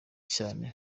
cyane